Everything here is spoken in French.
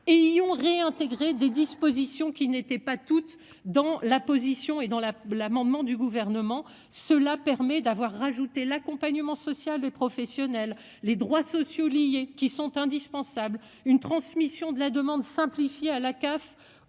et ils ont réintégré des dispositions qui n'étaient pas toutes dans la position et dans la l'amendement du gouvernement. Cela permet d'avoir rajouté l'accompagnement social et professionnel. Les droits sociaux liés qui sont indispensables, une transmission de la demande simplifié à la CAF